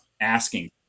asking